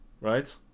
right